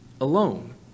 alone